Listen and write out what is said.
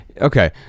okay